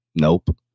Nope